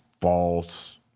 false